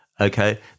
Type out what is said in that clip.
okay